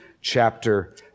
chapter